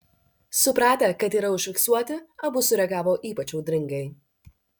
supratę kad yra užfiksuoti abu sureagavo ypač audringai